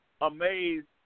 amazed